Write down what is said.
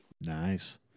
Nice